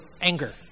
Anger